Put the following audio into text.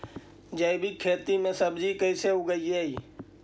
जैविक खेती में सब्जी कैसे उगइअई?